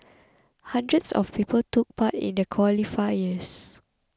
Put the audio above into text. hundreds of people took part in the qualifiers